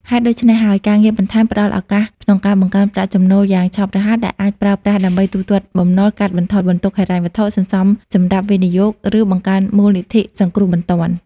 ហេតុដូច្នេះហើយ ការងារបន្ថែមផ្តល់ឱកាសក្នុងការបង្កើនប្រាក់ចំណូលយ៉ាងឆាប់រហ័សដែលអាចប្រើប្រាស់ដើម្បីទូទាត់បំណុល កាត់បន្ថយបន្ទុកហិរញ្ញវត្ថុ សន្សំសម្រាប់វិនិយោគ ឬបង្កើនមូលនិធិសង្គ្រោះបន្ទាន់។